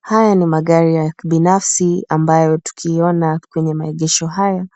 Haya ni magari ya kibinafsi ambayo tukiona kwenye maegesho haya